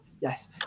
yes